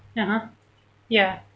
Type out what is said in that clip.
(uh huh) ya